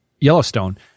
Yellowstone